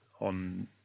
on